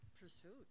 Pursuit